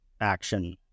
action